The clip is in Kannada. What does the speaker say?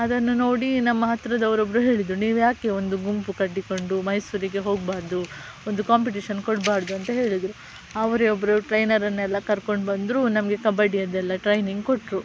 ಅದನ್ನು ನೋಡಿ ನಮ್ಮ ಹತ್ತಿರದವರೊಬ್ರು ಹೇಳಿದರು ನೀವ್ಯಾಕೆ ಒಂದು ಗುಂಪು ಕಟ್ಟಿಕೊಂಡು ಮೈಸೂರಿಗೆ ಹೋಗಬಾರ್ದು ಒಂದು ಕಾಂಪಿಟಿಷನ್ ಕೊಡಬಾರ್ದು ಅಂತ ಹೇಳಿದರು ಅವರೇ ಒಬ್ಬರು ಟ್ರೈನರನ್ನೆಲ್ಲ ಕರ್ಕೊಂಡು ಬಂದರು ನಮಗೆ ಕಬಡ್ಡಿಯದೆಲ್ಲ ಟ್ರೈನಿಂಗ್ ಕೊಟ್ಟರು